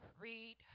read